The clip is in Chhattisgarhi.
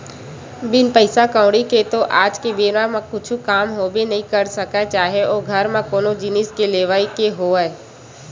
बिन पइसा कउड़ी के तो आज के बेरा म कुछु काम होबे नइ करय चाहे ओ घर म कोनो जिनिस के लेवई के होवय